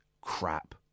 crap